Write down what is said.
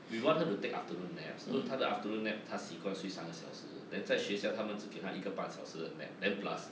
we wanted to take afternoon nap 因为她的 afternoon nap 她习惯睡三个小时 then 在学校他们只给一个半小时的 nap then plus